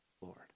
Lord